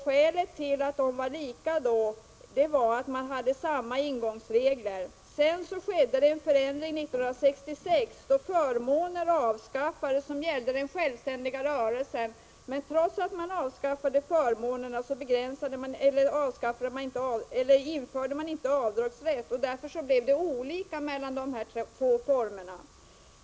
Skälet till att de var likställda var att man hade samma ingångsregler. 1966 skedde en förändring. Då avskaffades förmåner som gällde självständiga rörelsen. Men trots att man avskaffade förmånerna införde man inte avdragsrätt. Därför blev det olikheter mellan dessa två former.